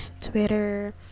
Twitter